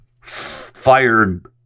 fired